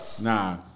Nah